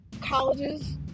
colleges